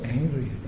angry